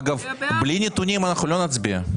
אגב, בלי נתונים אנחנו לא נצביע.